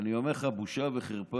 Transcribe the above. אני אומר לך, בושה וחרפה.